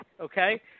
Okay